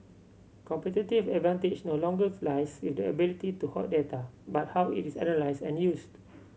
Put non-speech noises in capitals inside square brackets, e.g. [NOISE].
competitive advantage no longer [UNINTELLIGIBLE] lies with the ability to hoard data but how it is analysed and used